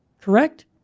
Correct